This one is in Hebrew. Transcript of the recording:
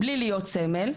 בלי להיות סמל,